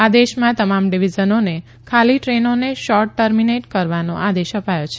આદેશમાં તમામ ડિવિઝનોને ખાલી ટ્રેનોને શોર્ટ ટર્મિનેટ કરવાનો આદેશ અપાયો છે